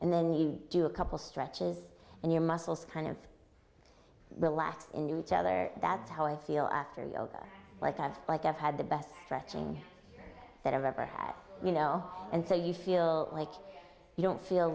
and then you do a couple stretches and your muscles kind of milat and you each other that's how i feel after like i've like i've had the best stretching that i've ever had you know and so you feel like you don't feel